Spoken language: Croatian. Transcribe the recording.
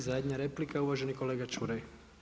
I zadnja replika uvaženi kolega Čuraj.